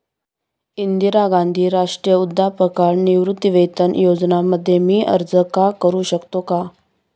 इंदिरा गांधी राष्ट्रीय वृद्धापकाळ निवृत्तीवेतन योजना मध्ये मी अर्ज का करू शकतो का?